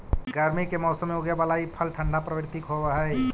गर्मी के मौसम में उगे बला ई फल ठंढा प्रवृत्ति के होब हई